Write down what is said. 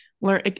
learn